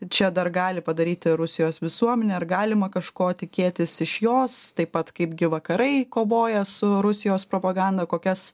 čia dar gali padaryti rusijos visuomenė ar galima kažko tikėtis iš jos taip pat kaip gi vakarai kovoja su rusijos propaganda kokias